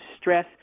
stress